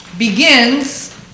begins